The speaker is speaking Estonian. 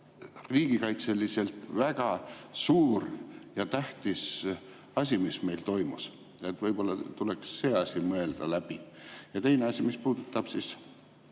riigikaitseliselt väga suur ja tähtis asi, mis meil toimus. Võib-olla tuleks see asi läbi mõelda. Ja teine asi puudutab meie